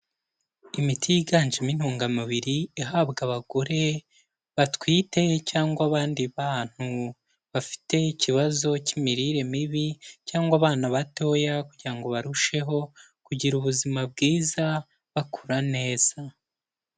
Imiti yiganjemo intungamubiri ihabwa abagore batwite, cyangwa abandi bantu bafite ikibazo cyimirire mibi cyangwa abana batoya, kugira ngo barusheho kugira ubuzima bwiza bakura neza.